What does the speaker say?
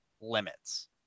limits